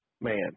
man